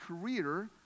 career